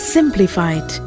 Simplified